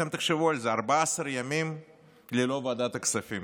אתם תחשבו על זה, 14 ימים ללא ועדת הכספים.